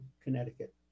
Connecticut